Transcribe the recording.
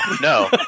no